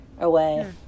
away